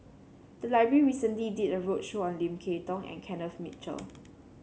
the library recently did a roadshow on Lim Kay Tong and Kenneth Mitchell